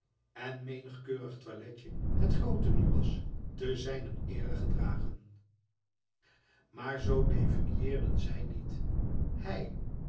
en menig keurig toiletje het groot tenue was te zijner ere gedragen maar z definieerden zij niet hij